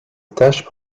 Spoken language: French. tâche